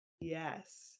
Yes